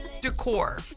decor